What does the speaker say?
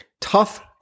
tough